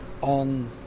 on